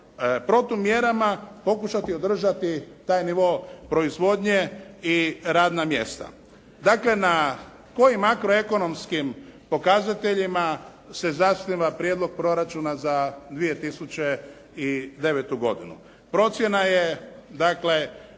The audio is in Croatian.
protumjerama pokušati održati taj nivo proizvodnje i radna mjesta. Dakle, na kojim makro ekonomskim pokazateljima se zasniva Prijedlog proračuna za 2009. godinu. Procjena je dakle